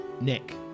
Nick